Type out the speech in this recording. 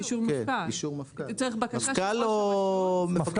מפכ"ל או מפקד?